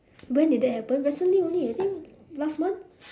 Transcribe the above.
when did that happened recently only I think last month